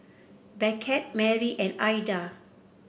Beckett Marry and Aida